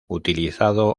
utilizado